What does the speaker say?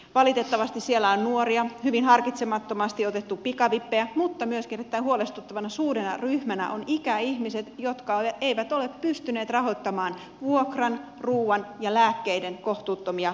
valitettavasti siellä on nuoria hyvin harkitsemattomasti on otettu pikavippejä mutta myöskin erittäin huolestuttavana suurena ryhmänä ovat ikäihmiset jotka eivät ole pystyneet rahoittamaan vuokran ruuan ja lääkkeiden kohtuuttomia menoja